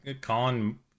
Colin